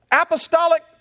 apostolic